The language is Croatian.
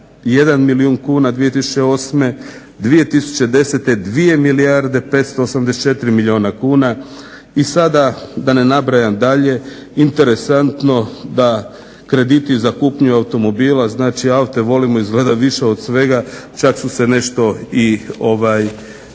891 milijun kuna 2008., 2010. 2 milijarde 584 milijuna kuna i sada da ne nabrajam dalje. Interesantno da krediti za kupnju automobila, znači aute volimo izgleda više od svega, čak su se nešto i smanjili.